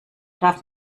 darf